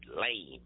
lame